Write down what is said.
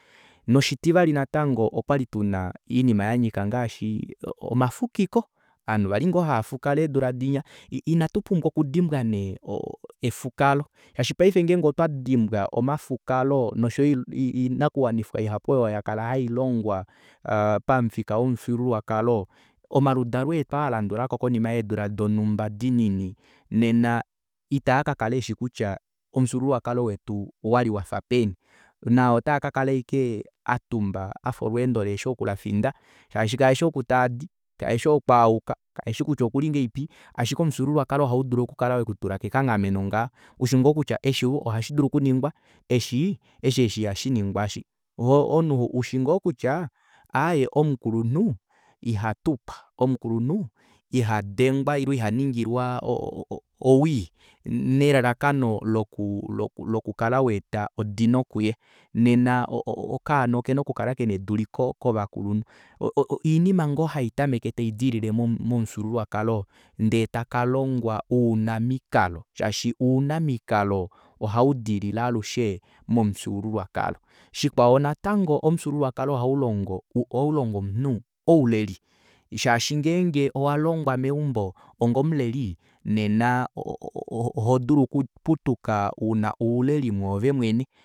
Noshitivali natango okwali tuna oinima yanyika ngaashi omafukiko ovanhu vali ngoo hafuka eedula dinya ina tupumbwa okudimbwa nee efukalo shaashi ngenge paife otwa dimbwa omafukalo oshoyo oinakuwanifwa ihapu oyo yakala hailongwa pamufika womufyuululwakalo omaludalo eetu aa alandulako konima yeedula donumba dinini nena itaa kakala eshi kutya omufyuululwakalo wetu owali wafa peni naa otaa kakala ashike atumba afa olweendo lihefi oku lafinda shaashi kaeshi oku taadi kaeshi oku ayuka kaeshi kutya okuli ngahelipi ashike omufyuululwakalo ohaudulu okukala wekutula kekanghameno ngaa ushi ngoo kutya eshi ohashidulu okuningwa eshi eshi eshi ihashinginwa aashi o- o omunhu ushi ngoo kutya aaye omukulunhu ihatukwa omukulunhu ihadengwa ile ihaningila owii nelalakano loku loku kala waeta odino kuye nena okaana okena okukala kena eduliko kovakulunhu oinima ngoo haitameke taidilile momufyuululwakalo ndee takalongwa ounamikalo shaashi ounamikalo ohaudilile alushe momufyuululwakalo shikwao natango omufyuululwakalo ohaulongo omunhu ouleli shaashi ngenge owalongwa meumbo onga omuleli nena ohodulu okuputuka una ouleli mwoove mwene